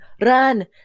Run